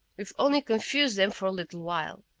we've only confused them for a little while.